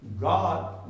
God